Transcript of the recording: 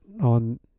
on